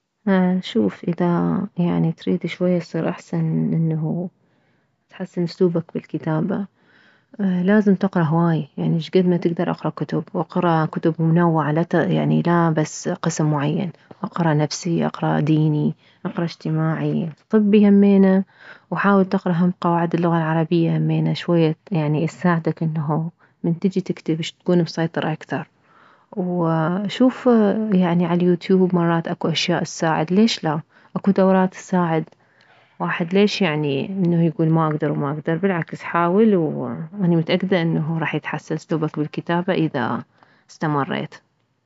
اه شوف اذا يعني تريد شوية تصير احسن انه تحسن اسلوبك بالكتابة اه لازم تقره هواي يعني شكد متكدر اقره كتب واقره كتب منوعة لا يعني لا بس قسم معين اقره نفسي اقره ديني اقره اجتماعي طبي همينه وحاول تقره هم قواعد اللغة العربية همينه شوية يعني تساعدك انه من تجي تكتب تكون مسيطر اكثر وشوف يعني عليوتيوب مرات اكو اشياء تساعد ليش لا اكو دورات تساعد واحد ليش يعني انه يكول ما اكدر وما اكدر بالعكس حاول واني متاكدة راح يتحسن اسلوبك بالكتابة اذا استمريت